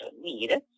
need